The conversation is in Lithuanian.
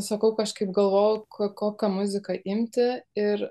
sakau kažkaip galvojau kokią muziką imti ir